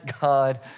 God